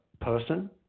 person